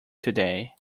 today